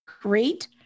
Great